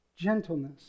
Gentleness